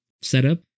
setup